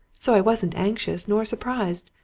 so i wasn't anxious, nor surprised.